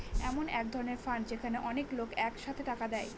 এমন এক ধরনের ফান্ড যেখানে অনেক লোক এক সাথে টাকা দেয়